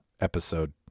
episode